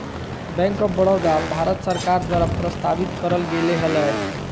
bank of Baroda, Bharat सरकार द्वारा प्रस्तावित करल गेले हलय